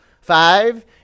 Five